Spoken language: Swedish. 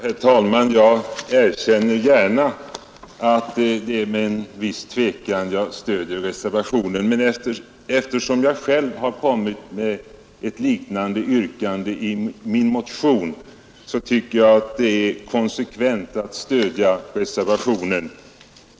Herr talman! Jag erkänner gärna att det är med viss tvekan som jag stöder reservationen, men eftersom jag själv har ställt ett liknande yrkande i min motion tycker jag det är konsekvent att göra det.